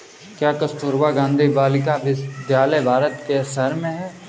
क्या कस्तूरबा गांधी बालिका विद्यालय भारत के हर शहर में है?